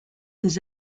des